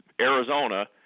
Arizona